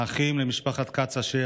האחים למשפחת כץ אשר,